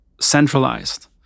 centralized